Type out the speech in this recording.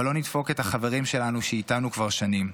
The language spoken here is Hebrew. אבל לא נדפוק את החברים שלנו שאיתנו כבר שנים.